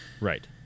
Right